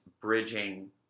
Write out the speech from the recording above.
bridging